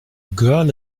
girl